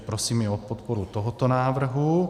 Prosím i o podporu tohoto návrhu.